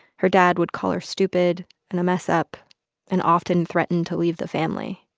her dad would call her stupid and a mess-up and often threaten to leave the family.